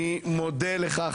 אני מודה לך,